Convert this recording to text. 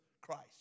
Christ